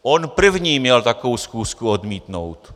On první měl takovou schůzku odmítnout!